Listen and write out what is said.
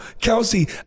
Kelsey